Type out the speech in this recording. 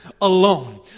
alone